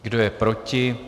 Kdo je proti?